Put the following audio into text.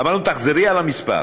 אמרנו: תחזרי על המספר.